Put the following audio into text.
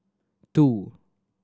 two